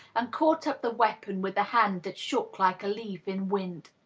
and caught up the weapon with a hand that shook like a leaf in wind.